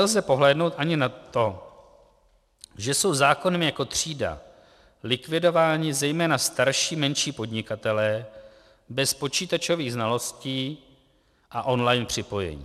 Nelze přehlédnout ani na to, že jsou zákonem jako třída likvidováni zejména starší menší podnikatelé bez počítačových znalostí a online připojení.